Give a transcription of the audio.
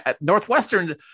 Northwestern